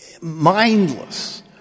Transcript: mindless